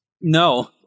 No